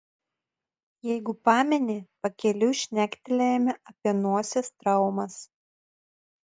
jeigu pameni pakeliui šnektelėjome apie nosies traumas